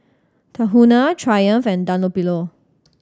Tahuna Triumph and Dunlopillo